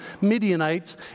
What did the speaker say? Midianites